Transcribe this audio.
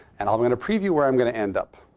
and i'm going to preview where i'm going to end up.